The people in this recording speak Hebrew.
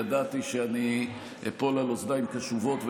אני ידעתי שאני אפול על אוזניים קשובות,